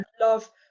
love